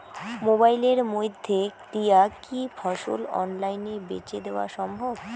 মোবাইলের মইধ্যে দিয়া কি ফসল অনলাইনে বেঁচে দেওয়া সম্ভব?